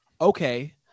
okay